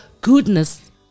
goodness